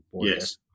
Yes